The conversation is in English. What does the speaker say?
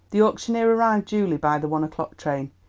the auctioneer arrived duly by the one o'clock train.